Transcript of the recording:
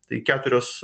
tai keturios